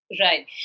Right